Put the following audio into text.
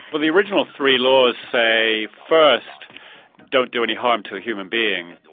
well the original three laws say first don't do any harm to a human being.